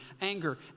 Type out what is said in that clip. anger